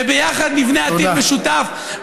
וביחד נבנה עתיד משותף,